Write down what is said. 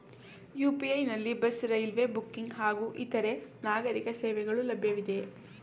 UPI ನಲ್ಲಿ bus, railway booking ಹಾಗೂ ಇತರೆ ನಾಗರೀಕ ಸೇವೆಗಳು ಲಭ್ಯವಿದೆಯೇ?